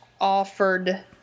offered